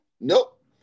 Nope